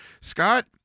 Scott